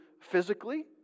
physically